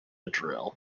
drill